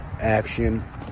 Action